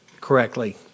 correctly